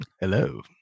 Hello